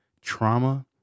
trauma